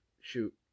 shoot